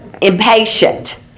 impatient